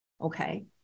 Okay